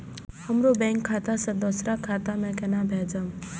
हमरो बैंक खाता से दुसरा खाता में केना भेजम?